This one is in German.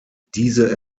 diese